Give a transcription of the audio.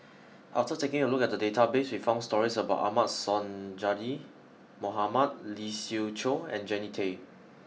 after taking a look at the database we found stories about Ahmad Sonhadji Mohamad Lee Siew Choh and Jannie Tay